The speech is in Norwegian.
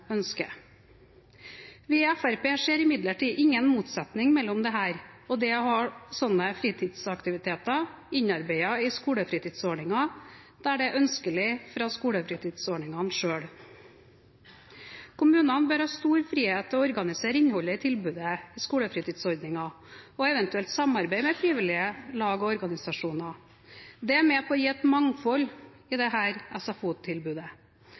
ønsker. Vi i Fremskrittspartiet ser imidlertid ingen motsetning mellom dette og det å ha slike fritidsaktiviteter innarbeidet i skolefritidsordningen der det er ønskelig fra skolefritidsordningen selv. Kommunene bør ha stor frihet til å organisere innholdet i tilbudet i skolefritidsordningen og eventuelt samarbeide med frivillige lag og organisasjoner. Det er med på å gi et mangfold i SFO-tilbudet. Slik bør det